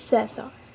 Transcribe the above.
Cesar